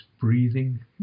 breathing